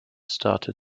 started